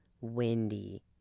windy